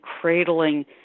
cradling